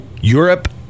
Europe